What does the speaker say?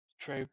True